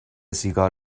سیگار